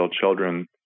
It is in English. children